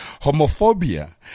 homophobia